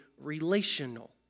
relational